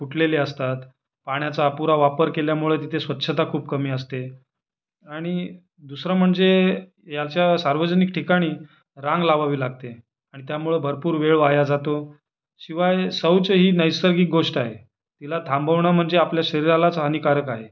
फुटलेले असतात पाण्याचा अपुरा वापर केल्यामुळे तिथे स्वच्छता खूप कमी असते आणि दुसरं म्हणजे ह्याच्या सार्वजनिक ठिकाणी रांग लावावी लागते अन् त्यामुळे भरपूर वेळ वाया जातो शिवाय शौच ही नैर्सगिक गोष्ट आहे तिला थांबवणं म्हणजे आपल्या शरीरालाच हानिकारक आहे